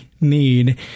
need